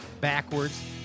backwards